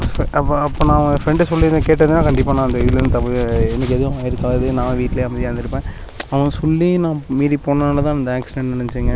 அப்போ அப்போ அப்போ நான் என் ஃப்ரெண்டு சொல்லியிருந்ததை கேட்டிருந்தேனா கண்டிப்பாக நான் அந்த இதுலேந்து தப்பி எனக்கு எதுவும் ஆகிருக்காது நான் வீட்லே அமைதியாக இருந்துருப்பேன் அவன் சொல்லி நான் மீறி போனதுனால் தான் அந்த ஆக்சிடென்ட் நடந்துச்சுங்க